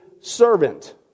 servant